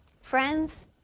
Friends